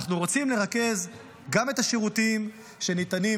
אנחנו רוצים לרכז גם את השירותים שניתנים